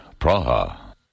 Praha